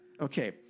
Okay